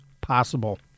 possible